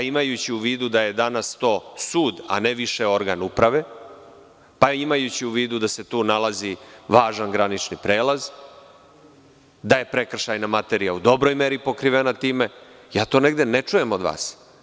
Imajući u vidu da je to danas sud, a ne više organ uprave, pa imajući u vidu da se tu nalazi važan granični prelaz, da je prekršajna materija u dobroj meri pokrivena time, ja to negde ne čujem od vas.